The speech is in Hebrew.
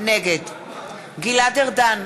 נגד גלעד ארדן,